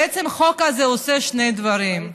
בעצם החוק הזה עושה שני דברים: